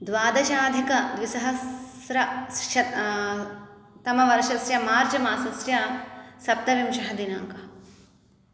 द्वादशाधिकद्विसहस्र श तमवर्षस्य मार्च् मासस्य सप्तविंशतिदिनाङ्कः